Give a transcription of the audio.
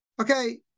okay